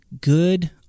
good